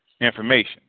information